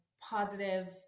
positive